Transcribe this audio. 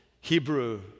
Hebrew